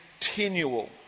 continual